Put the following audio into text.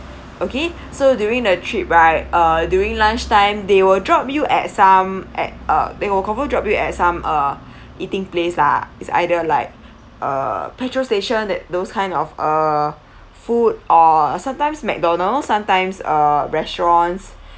okay so during the trip right uh during lunch time they will drop you at some at uh they will probably drop you at some uh eating place lah it's either like uh petrol station that those kind of uh food or sometimes mcdonald's sometimes uh restaurants